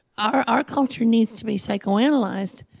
our our culture needs to be psychoanalyzed.